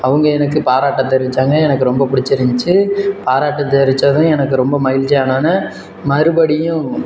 அவங்க எனக்கு பாராட்டை தெரிவித்தாங்க எனக்கு ரொம்ப பிடிச்சி இருந்துச்சு பாராட்டை தெரிவித்ததும் எனக்கு ரொம்ப மகிழ்ச்சியானவோன்னே மறுபடியும்